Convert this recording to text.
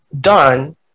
done